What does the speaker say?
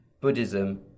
Buddhism